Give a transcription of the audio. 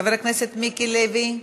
חבר הכנסת מיקי לוי,